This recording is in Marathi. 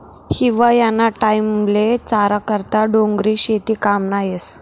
हिवायाना टाईमले चारा करता डोंगरी शेती काममा येस